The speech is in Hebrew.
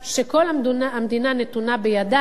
שכל המדינה נתונה בידיו,